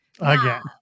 Again